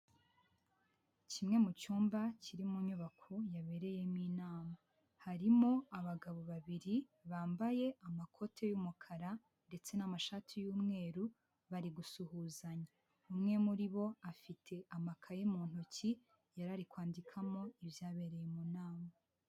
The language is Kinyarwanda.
Kimwe mu cyumba kiri mu nyubako yabereyemo inama harimo abagabo babiri bambaye amakoti y,umukara ndetse n'amashati ymweru bari gusuhuzanya umwe muri bo afite amakaye mu ntoki yariri kwandikamo ibyabereye mu nama.